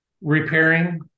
repairing